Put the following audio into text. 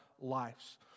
lives